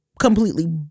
completely